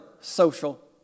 social